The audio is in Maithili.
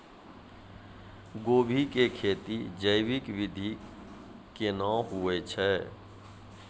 गोभी की खेती जैविक विधि केना हुए छ?